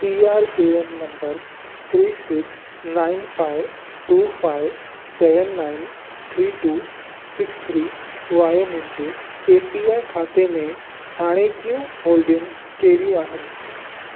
P R A N number three six nine five two five seven nine three two six three वारे मुंहिंजे A P Y खाते में हाणोकियूं holdings कहिड़ियूं आहिनि